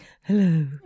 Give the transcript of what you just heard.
hello